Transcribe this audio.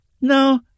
No